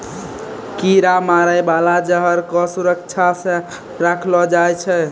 कीरा मारै बाला जहर क सुरक्षा सँ रखलो जाय छै